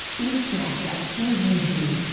is snapchat, is youtube,